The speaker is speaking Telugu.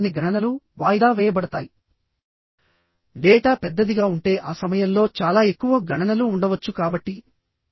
అదేవిధంగా ట్రస్ మెంబర్స్ లో కొన్ని మెంబర్స్ ని టెన్షన్ మెంబర్స్ గా డిజైన్ చెయ్యాలి